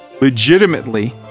legitimately